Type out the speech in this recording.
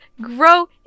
grow